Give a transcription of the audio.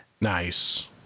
Nice